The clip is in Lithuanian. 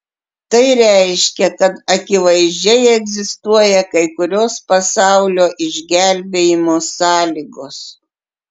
tai reiškia kad akivaizdžiai egzistuoja kai kurios pasaulio išgelbėjimo sąlygos